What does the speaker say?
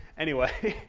anyway,